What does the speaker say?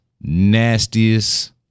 nastiest